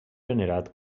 venerat